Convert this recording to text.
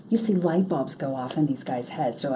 you see light bulbs go off in these guys' heads. so